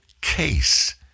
case